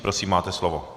Prosím, máte slovo.